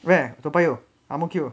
where toa payoh ang mo kio